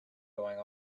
going